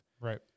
right